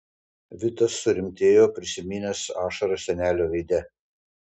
vitas surimtėjo prisiminęs ašaras senelio veide